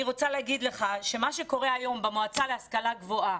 מה שקורה היום במועצה להשכלה גבוהה